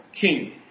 king